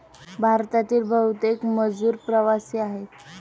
भारतातील बहुतेक मजूर प्रवासी आहेत